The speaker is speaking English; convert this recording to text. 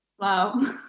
Wow